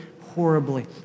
horribly